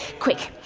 quick,